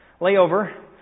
layover